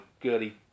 girly